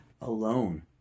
alone